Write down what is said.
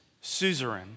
suzerain